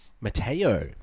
Mateo